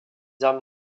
armes